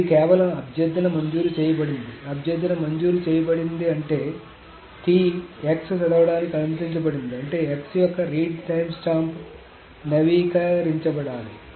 కాబట్టి ఇది కేవలం అభ్యర్థన మంజూరు చేయబడింది అభ్యర్థన మంజూరు చేయబడింది అంటే T x చదవడానికి అనుమతించబడింది అంటే x యొక్క రీడ్ టైమ్స్టాంప్ నవీకరించబడాలి